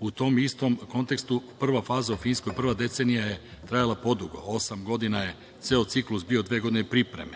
U tom istom kontekstu prva faza u Finskoj, prva decenija je trajala podugo, osam godina je ceo ciklus bio, a dve godine pripreme.